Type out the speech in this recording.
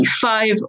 five